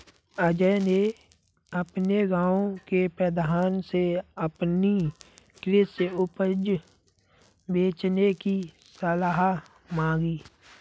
अजय ने अपने गांव के प्रधान से अपनी कृषि उपज बेचने की सलाह मांगी